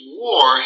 war